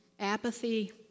apathy